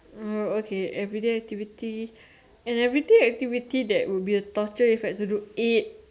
oh okay everyday activity an everyday activity that would be a torture if I had to do eight